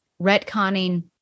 retconning